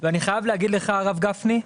אני חייב להגיד לך, הרב גפני,